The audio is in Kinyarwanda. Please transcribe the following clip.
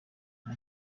nta